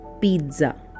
Pizza